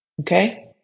Okay